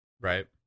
Right